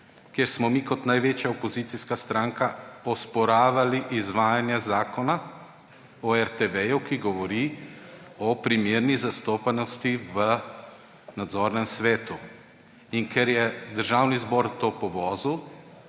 kjer smo mi kot največja opozicijska stranka osporavali izvajanje Zakona o RTV, ki govori o primerni zastopanosti v nadzornem svetu. Ker je Državni zbor to povozil,